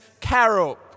carol